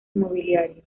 inmobiliario